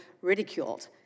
ridiculed